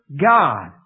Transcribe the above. God